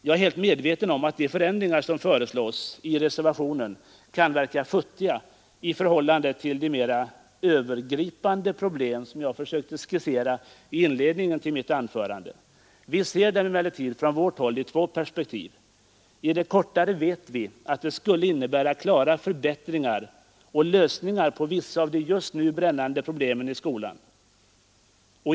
Jag är helt medveten om att de förändringar som <— föreslås i reservationen kan verka futtiga i förhållande till de mera BR AU övergripande problem som jag försökte skissera i inledningen av mitt SUN SA ny anförande. Vi ser dem emellertid från vårt håll i två perspektiv. I det gymnasieskolan kortare perspektivet vet vi att förändringarna skulle innebära klara förbättringar och lösningar av vissa av de just nu brännande problemen i gymnasieskolan.